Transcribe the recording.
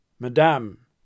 Madame